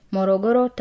Morogoro